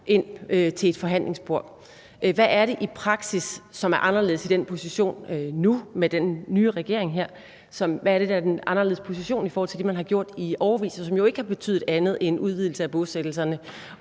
ind til forhandlingsbordet. Hvad er det i praksis, som er anderledes i den position nu med den nye regering her i forhold til det, man har gjort i årevis, og som jo ikke har betydet andet end udvidelse af bosættelserne